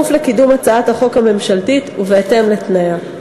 לקידום הצעת החוק הממשלתית ובהתאם לתנאיה.